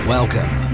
Welcome